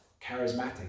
charismatic